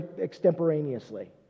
extemporaneously